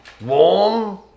warm